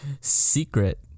Secret